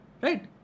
Right